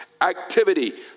activity